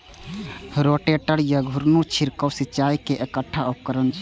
rotator या घुर्णी छिड़काव सिंचाइ के एकटा उपकरण छियै